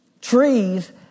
Trees